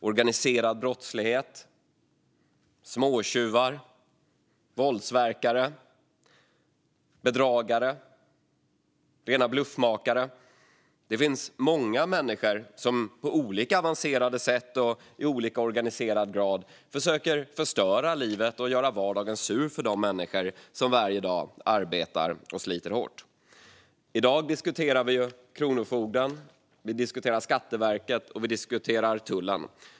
Organiserad brottslighet, småtjuvar, våldsverkare, bedragare, rena bluffmakare - det finns många människor som på olika avancerade sätt och i olika organiserad grad försöker förstöra livet och göra vardagen sur för de människor som varje dag arbetar och sliter hårt. I dag diskuterar vi Kronofogden, Skatteverket och tullen.